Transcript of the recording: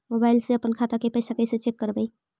Mobile से अपन खाता के पैसा कैसे चेक करबई?